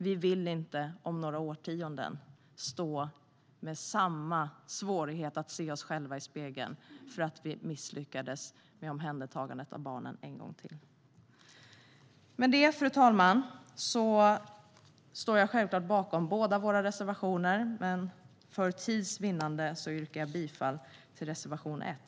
Vi vill inte om några årtionden stå med samma svårighet att se oss själva i spegeln för att vi misslyckades med omhändertagandet av barnen en gång till. Fru ålderspresident! Jag står självklart bakom båda våra reservationer, men för tids vinnande yrkar jag bifall endast till reservation 1.